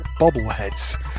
bobbleheads